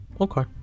Okay